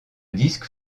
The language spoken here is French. disque